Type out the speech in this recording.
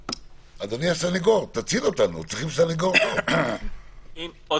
אדוני הסנגור, תציל אותנו, צריכים סנגור טוב.